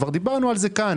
כבר דיברנו על זה כאן